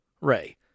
Ray